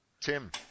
Tim